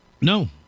No